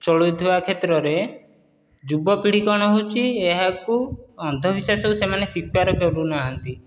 ଚଳୁଥିବା କ୍ଷେତ୍ରରେ ଯୁବପିଢ଼ି କ'ଣ ହେଉଛି ଏହାକୁ ଅନ୍ଧବିଶ୍ୱାସକୁ ସେମାନେ ସ୍ୱୀକାର କରୁନାହାନ୍ତି